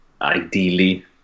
ideally